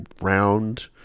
round